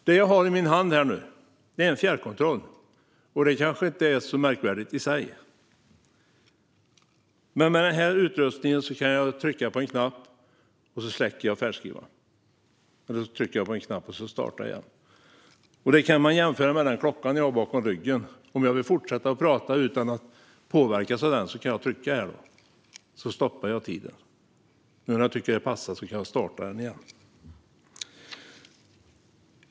Det jag nu har i min hand är en fjärrkontroll, och det kanske inte i sig är så märkvärdigt. Men med denna utrustning kan jag trycka på en knapp och släcka färdskrivaren. Sedan trycker jag på en knapp för att starta den igen. Man kan göra en jämförelse med den klocka jag har bakom ryggen. Om jag vill fortsätta att tala utan att påverkas av den skulle jag då kunna trycka på knappen på fjärrkontrollen för att stoppa tiden. När jag sedan tycker att det passar skulle jag kunna starta den igen.